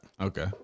Okay